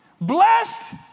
Blessed